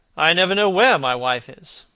i never know where my wife is,